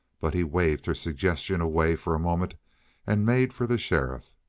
but he waved her suggestion away for a moment and made for the sheriff.